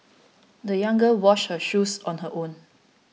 the young girl washed her shoes on her own